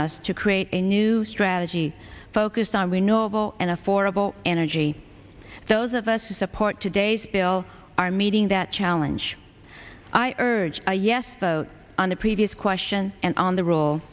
us to create a new strategy focused on we know an affordable energy those of us who support today's bill are meeting that challenge i urge a yes vote on the previous question and on the rule